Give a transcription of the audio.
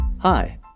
Hi